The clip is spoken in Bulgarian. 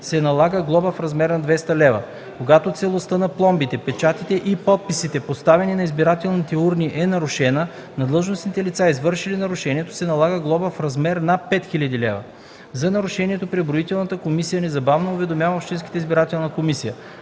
се налага глоба в размер на 200 лв. Когато целостта на пломбите, печатите и подписите, поставени на избирателните урни е нарушена, на длъжностните лица, извършили нарушението, се налага глоба в размер на 5000 лв. За нарушението преброителната комисия незабавно уведомява общинската избирателна комисия.